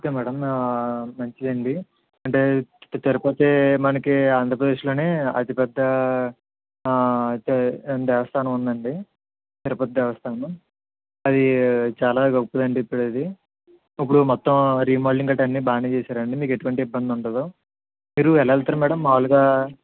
okay madam మంచిదండి అంటే తిరుపతి మనకి ఆంధ్రప్రదేశ్లోని అతిపెద్ద దేవస్థానం ఉందండి తిరుపతి దేవస్థానం అది చాలా గొప్పదండి ఇప్పుడు అది ఇప్పుడు మొత్తం రీమోడలింగ్ గట్రా అన్ని బాగానే చేశారండి మీకు ఎటువంటి ఇబ్బంది ఉండదు మీరు ఎలా వెళ్తారు మ్యాడమ్ మామూలుగా